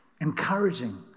Encouraging